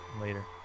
Later